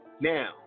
Now